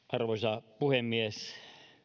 arvoisa puhemies